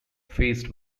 faced